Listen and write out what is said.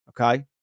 Okay